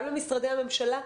גם למשרדי הממשלה,